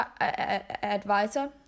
advisor